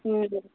ம்